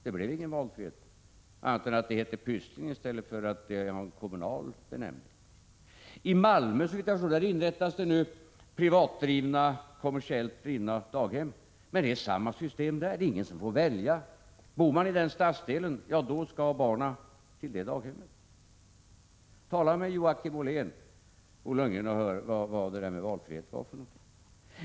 Det blev ingen valfrihet annat än att daghemmet heter Pysslingen i stället för att ha en kommunal benämning. Såvitt jag vet skall det i Malmö inrättas privatdrivna, kommersiellt drivna daghem. Det är samma system där. Det är ingen som får välja. Bor man i en viss stadsdel, skall man lämna sina barn till daghemmet i det området. Tala med Joakim Ollén, Bo Lundgren, och hör vad det här med valfrihet är för någonting!